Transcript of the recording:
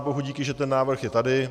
Bohudíky že ten návrh je tady.